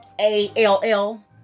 A-L-L